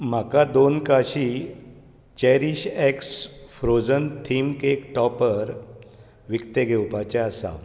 म्हाका दोन काशी चॅरीशएक्स फ्रोजन थीम केक टॉपर विकते घेवपाचे आसा